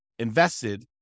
invested